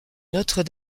notre